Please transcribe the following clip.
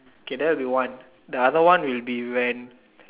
K that would be one the other one will be when